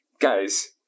guys